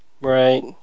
Right